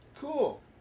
Cool